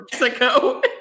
Mexico